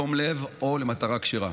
בתום לב או למטרה כשרה.